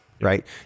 right